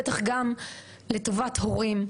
בטח גם לטובת הורים,